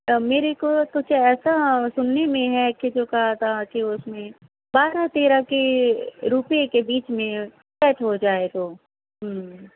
میرے کو کچھ ایسا سننے میں ہے کہ جو کہا تھا کہ اس میں بارہ تیرہ کے روپئے کے بیچ میں کٹ ہو جائے تو ہوں